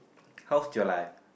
how's your life